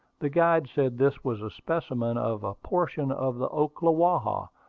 the guide said this was a specimen of a portion of the ocklawaha,